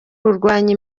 kurwanya